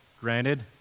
granted